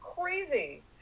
crazy